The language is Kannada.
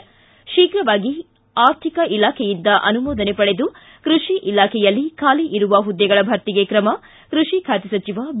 ಿ ಶೀಘವಾಗಿ ಆರ್ಥಿಕ ಇಲಾಖೆಯಿಂದ ಅನುಮೋದನೆ ಪಡೆದು ಕೃಷಿ ಇಲಾಖೆಯಲ್ಲಿ ಖಾಲಿ ಇರುವ ಹುದ್ದೆಗಳ ಭರ್ತಿಗೆ ಕ್ರಮ ಕೃಷಿ ಖಾತೆ ಸಚಿವ ಬಿ